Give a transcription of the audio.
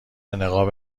نقاب